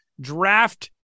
draft